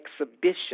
exhibition